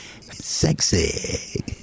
Sexy